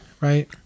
right